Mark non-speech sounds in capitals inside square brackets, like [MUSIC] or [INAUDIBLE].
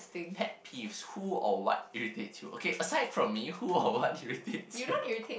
pet peeves who or what irritates you okay aside from me who [LAUGHS] or what irritates you